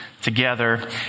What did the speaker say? together